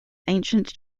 ancient